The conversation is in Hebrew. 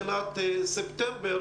מבחינת מערכת חינוך שמשלב גיימינג בלמידה.